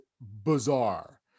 bizarre